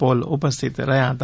pole ઉપસ્થિત રહ્યા હતા